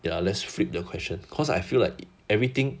ya let's flip the question cause I feel like everything